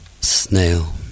Snail